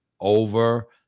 over